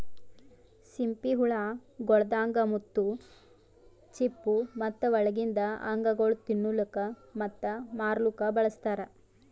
ಸಿಂಪಿ ಹುಳ ಗೊಳ್ದಾಂದ್ ಮುತ್ತು, ಚಿಪ್ಪು ಮತ್ತ ಒಳಗಿಂದ್ ಅಂಗಗೊಳ್ ತಿನ್ನಲುಕ್ ಮತ್ತ ಮಾರ್ಲೂಕ್ ಬಳಸ್ತಾರ್